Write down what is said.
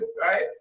Right